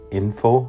info